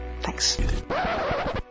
Thanks